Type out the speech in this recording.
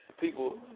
people